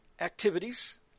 activities